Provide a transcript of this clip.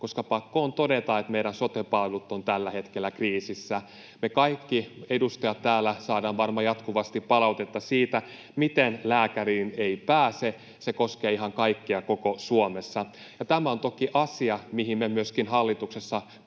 koska on pakko todeta, että meidän sote-palvelut ovat tällä hetkellä kriisissä. Me kaikki edustajat täällä saadaan varmaan jatkuvasti palautetta siitä, miten lääkäriin ei pääse. Se koskee ihan kaikkia koko Suomessa. Tämä on toki asia, mihin me myöskin hallituksessa pyritään